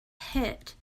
hit